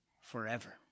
forever